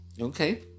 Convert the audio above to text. okay